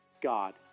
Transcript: God